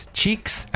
cheeks